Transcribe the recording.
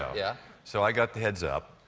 yeah so i got the heads up.